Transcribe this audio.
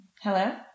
Hello